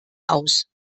aus